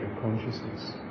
consciousness